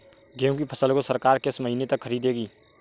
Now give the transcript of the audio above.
गेहूँ की फसल को सरकार किस महीने तक खरीदेगी?